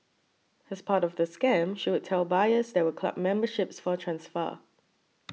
as part of the scam she would tell buyers there were club memberships for transfer